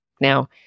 Now